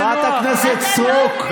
חברת הכנסת סטרוק,